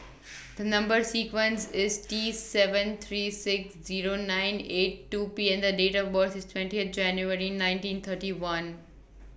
The Number sequence IS T seven three six Zero nine eight two P and The Date of birth IS twentieth January nineteen thirty one